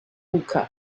hookah